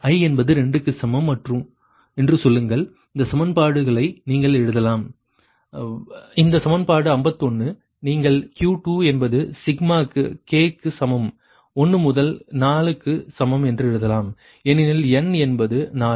i என்பது 2க்கு சமம் என்று சொல்லுங்கள் இந்த சமன்பாடுகளை நீங்கள் எழுதலாம் Q2 k14ViVkYiksin ik ik Q2 V2V1Y21sin 21 21 |V22|Y22sin 22 V2V3Y23sin 23 23 V2V4Y24sin 24 24 அந்த சமன்பாடு 51 நீங்கள் Q2 என்பது சிக்மா k க்கு சமம் 1 முதல் 4 க்கு சமம் என்று எழுதலாம் ஏனெனில் n என்பது 4